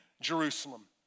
Jerusalem